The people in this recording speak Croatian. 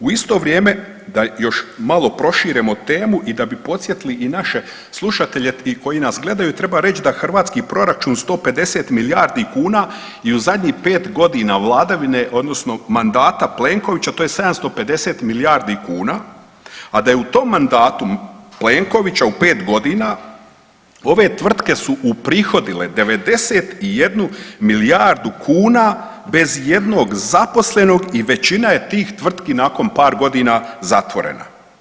U isto vrijeme, da još malo proširimo temu i da bi podsjetili i naše slušatelje koji nas gledaju treba reći da hrvatski proračun 150 milijardi kuna i u zadnjih 5 godina vladavine odnosno mandata Plenkovića to je 750 milijardi kuna, a da je u tom mandatu Plenkovića u 5 godina ove tvrtke su uprihodile 91 milijardu kuna bez ijednog zaposlenog i većina je tih tvrtki nakon par godina zatvorena.